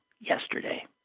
yesterday